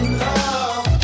love